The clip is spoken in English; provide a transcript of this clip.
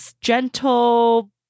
gentle